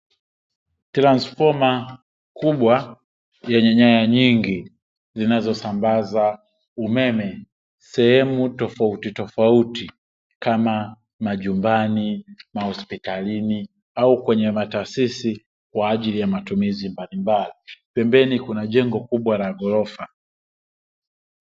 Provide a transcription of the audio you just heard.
Transifoma kubwa yenye nyanya nyingi zinazosambaza umeme sehemu tofauti tofauti kama majumbani ,mahospitalini au kwenye mataasisi kwa ajili ya matumizi mbalimbali pembeni kuna jengo kubwa la ghorofa.